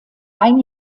ein